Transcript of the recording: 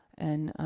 and,